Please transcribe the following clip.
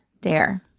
dare